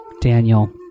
Daniel